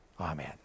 Amen